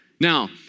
Now